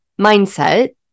mindset